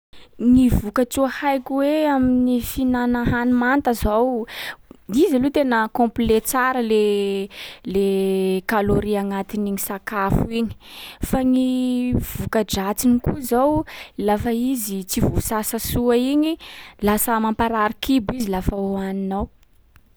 Gny voka-tsoa haiko hoe amin’ny fihinàna hany manta zao, izy aloha tena complet tsara le- le calories agnatin’iny sakafo iny. Fa ny voka-dratsiny koa zao, lafa izy tsy voasasa soa iny, lasa mamparary kibo izy lafa hohaninao.